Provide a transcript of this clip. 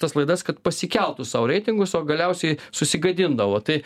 tas laidas kad pasikeltų sau reitingus o galiausiai susigadindavo tai